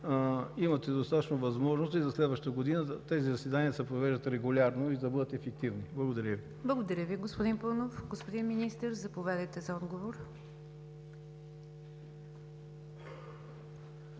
имате достатъчно възможност и за следващата година тези заседания да се провеждат регулярно и да бъдат ефективни. Благодаря Ви. ПРЕДСЕДАТЕЛ НИГЯР ДЖАФЕР: Благодаря Ви, господин Паунов. Господин Министър, заповядайте за отговор.